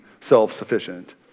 self-sufficient